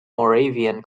moravian